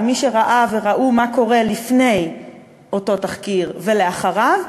ומי שראה וראו מה קורה לפני אותו תחקיר ולאחריו,